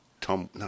Tom